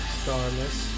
starless